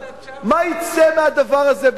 מה יצא מהדבר הזה,